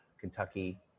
Kentucky